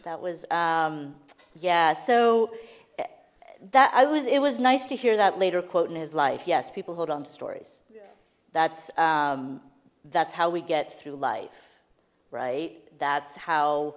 that was yeah so that i was it was nice to hear that later quote in his life yes people hold on to stories that's that's how we get through life right that's how